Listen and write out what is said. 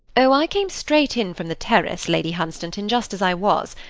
oh, i came straight in from the terrace, lady hunstanton, just as i was.